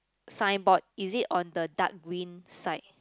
signboard is it on the dark green side